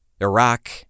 Iraq